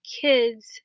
kids